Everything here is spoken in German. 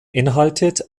beinhaltet